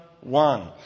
one